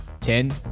Ten